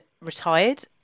retired